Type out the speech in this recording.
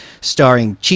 starring